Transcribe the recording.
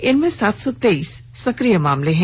इनमें सात सौ तेईस सक्रिय केस हैं